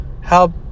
help